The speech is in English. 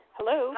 Hello